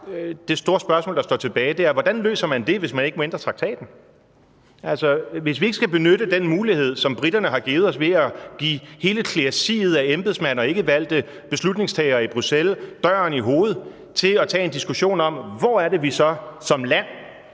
det store spørgsmål, der står tilbage, og det er: Hvordan løser man det, hvis man ikke må ændre traktaten? Altså, hvis vi ikke skal benytte den mulighed, som briterne har givet os ved at give hele kleresiet af embedsmænd og ikkevalgte beslutningstagere i Bruxelles døren i hovedet, til at tage en diskussion om, hvor det er, vi så som land